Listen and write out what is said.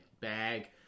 bag